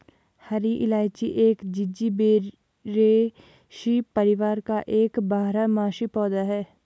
हरी इलायची एक जिंजीबेरेसी परिवार का एक बारहमासी पौधा है